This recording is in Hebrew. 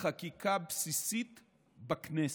חקיקה בסיסית בכנסת.